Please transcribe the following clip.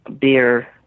beer